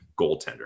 goaltender